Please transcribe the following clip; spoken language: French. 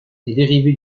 dérivé